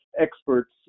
experts